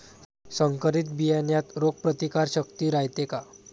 संकरित बियान्यात रोग प्रतिकारशक्ती रायते का?